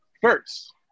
first